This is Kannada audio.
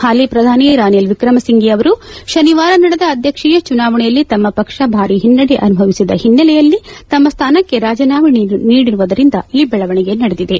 ಹಾಲಿ ಪ್ರಧಾನಿ ರನಿಲ್ ವಿಕ್ರಮಸಿಂಘೆ ಅವರು ಶನಿವಾರ ನಡೆದ ಅಧ್ಯಕ್ಷೀಯ ಚುನಾವಣೆಯಲ್ಲಿ ತಮ್ಮ ಪಕ್ಷ ಭಾರೀ ಹಿನ್ನಡೆ ಅನುಭವಿಸಿದ ಹಿನ್ನೆಲೆಯಲ್ಲಿ ಅವರು ತಮ್ಮ ಸ್ಥಾನಕ್ಕೆ ರಾಜೀನಾಮೆ ನೀಡಿರುವುದರಿಂದ ಈ ಬೆಳವಣಿಗೆ ನಡೆದಿದೆ